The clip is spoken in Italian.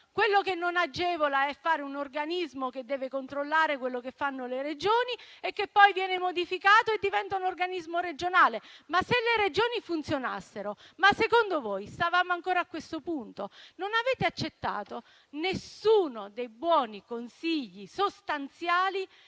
Quello che non agevola è istituire un organismo che deve controllare quello che fanno le Regioni e che poi viene modificato e diventa un organismo regionale. Ma se le Regioni funzionassero, secondo voi, saremmo ancora a questo punto? Non avete accettato nessuno dei buoni consigli sostanziali